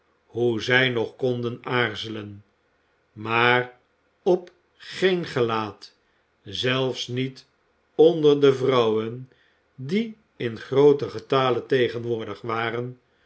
hoe zij nog konden aarzelen maar op geen gelaat zelfs niet onder de vrouwen die in grooten getale tegenwoordig waren